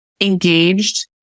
engaged